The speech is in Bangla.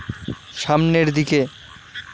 সামনের দিকে